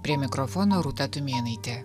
prie mikrofono rūta tumėnaitė